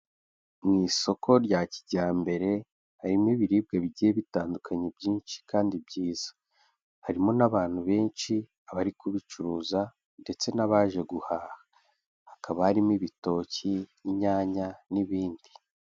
Mu isoko rya kijyambere harimo ibiribwa bigiye bitandukanye byinshi kandi byiza. Harimo n'abantu benshi abari kubicuruza ndetse n'abaje guhaha. Hakaba harimo ibitoki, inyanya n'ibindi.